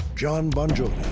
jon bon jovi.